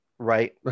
right